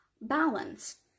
balance